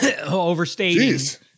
overstating